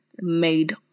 made